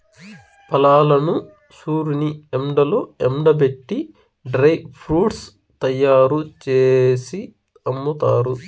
ఫలాలను సూర్యుని ఎండలో ఎండబెట్టి డ్రై ఫ్రూట్స్ తయ్యారు జేసి అమ్ముతారు